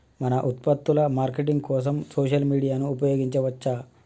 మన ఉత్పత్తుల మార్కెటింగ్ కోసం సోషల్ మీడియాను ఉపయోగించవచ్చా?